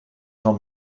van